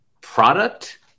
product